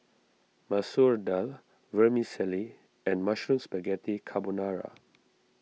Masoor Dal Vermicelli and Mushroom Spaghetti Carbonara